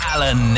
Alan